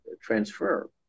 transfer